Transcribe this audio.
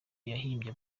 yahimbye